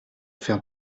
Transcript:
faire